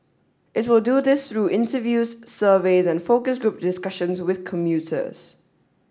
it will do this through interviews surveys and focus group discussions with commuters